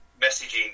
messaging